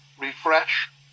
refresh